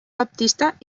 baptista